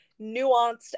nuanced